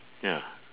ya